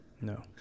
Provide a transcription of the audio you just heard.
No